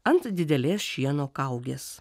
ant didelės šieno kaugės